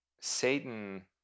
Satan